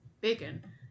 bacon